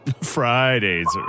Fridays